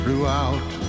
throughout